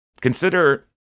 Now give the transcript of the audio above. Consider